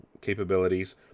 capabilities